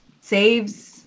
saves